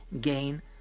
gain